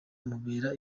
amubera